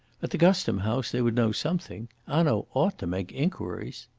at the custom house they would know something. hanaud ought to make inquiries.